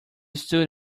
stood